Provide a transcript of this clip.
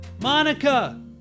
Monica